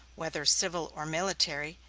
whether civil or military,